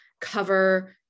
cover